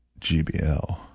GBL